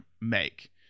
make